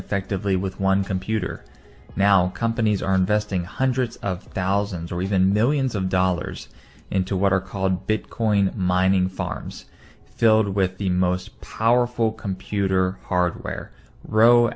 effectively with one computer now companies are investing hundreds of thousands or even millions of dollars into what are called bitcoin mining farms filled with the most powerful computer hardware row